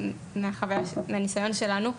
מהניסיון שלנו,